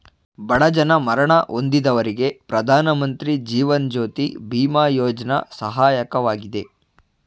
ಬಡ ಜನ ಮರಣ ಹೊಂದಿದವರಿಗೆ ಪ್ರಧಾನಮಂತ್ರಿ ಜೀವನ್ ಜ್ಯೋತಿ ಬಿಮಾ ಯೋಜ್ನ ಸಹಾಯಕವಾಗಿದೆ